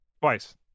Twice